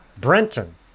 Brenton